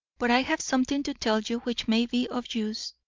but i have something to tell you which may be of use,